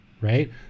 right